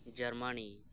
Germany